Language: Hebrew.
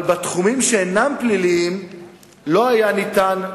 אבל בתחומים שאינם פליליים לא היה ניתן,